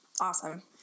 Awesome